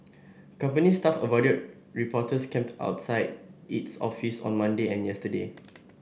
company staff avoided reporters camped outside its office on Monday and yesterday